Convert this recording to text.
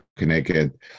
connected